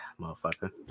Motherfucker